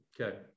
Okay